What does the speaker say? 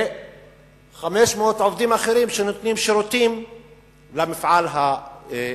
ו-500 עובדים אחרים שנותנים שירותים למפעל הזה.